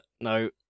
no